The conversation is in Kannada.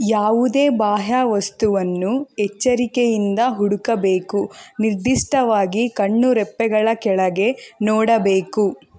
ಯಾವುದೇ ಬಾಹ್ಯವಸ್ತುವನ್ನು ಎಚ್ಚರಿಕೆಯಿಂದ ಹುಡುಕಬೇಕು ನಿರ್ದಿಷ್ಟವಾಗಿ ಕಣ್ಣು ರೆಪ್ಪೆಗಳ ಕೆಳಗೆ ನೋಡಬೇಕು